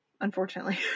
unfortunately